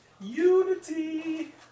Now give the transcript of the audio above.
Unity